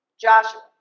Joshua